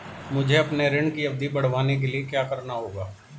मुझे अपने ऋण की अवधि बढ़वाने के लिए क्या करना होगा?